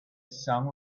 song